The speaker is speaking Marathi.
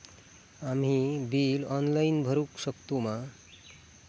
आम्ही बिल ऑनलाइन भरुक शकतू मा?